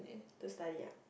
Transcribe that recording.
to study ah